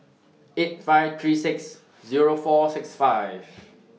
eight five three six Zero four six five